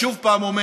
אני שוב אומר: